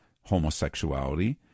homosexuality